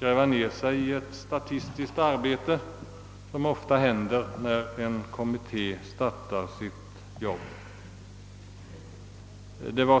gräva ned sig i statistik, vilket ofta händer när en kommitté startar sin verksamhet.